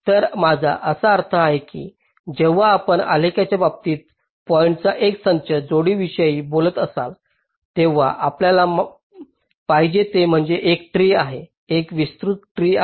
तर माझा अर्थ असा आहे की जेव्हा आपण आलेखाच्या बाबतीत पॉईंट्सचा एक संच जोडण्याविषयी बोलत असाल तेव्हा आपल्याला पाहिजे ते म्हणजे एक ट्री आहे एक विस्तृत ट्री आहे